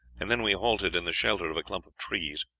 and then we halted in the shelter of a clump of trees.